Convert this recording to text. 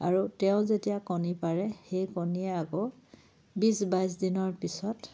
আৰু তেওঁ যেতিয়া কণী পাৰে সেই কণীয়ে আকৌ বিশ বাইছ দিনৰ পিছত